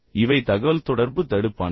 இவை அனைத்தும் தகவல்தொடர்பு தடுப்பான்கள்